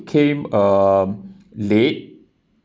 came um late